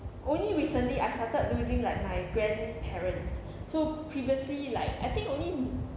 only recently I started losing like my grandparents so previously like I think only